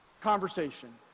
conversation